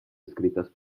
escritas